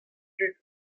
dud